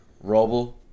Robo